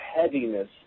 heaviness